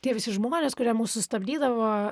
tie visi žmonės kurie mus sustabdydavo